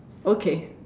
okay